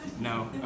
No